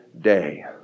day